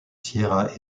sierra